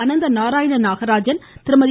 Anantha Narayanan Nagarajan Thirumathi